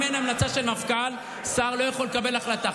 אם אין המלצה של מפכ"ל, שר לא יכול לקבל החלטה.